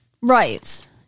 Right